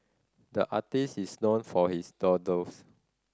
the artist is known for his doodles